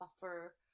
buffer